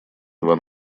два